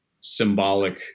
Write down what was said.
symbolic